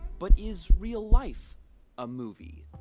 but is real-life a movie?